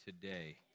today